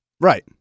Right